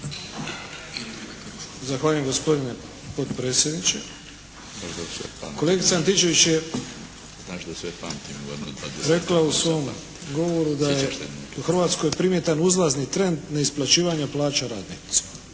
Zahvaljujem gospodine potpredsjedniče. Kolegica Antičević je rekla u svom govoru da je u Hrvatskoj primjetan uzlazni trend neisplaćivanja plaća radnicima.